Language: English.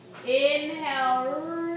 Inhale